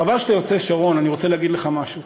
חבל שאתה יוצא, שרון, אני רוצה להגיד לך משהו.